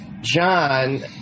John